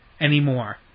anymore